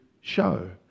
show